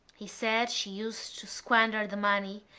he said she used to squander the money,